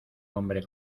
hombre